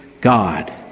God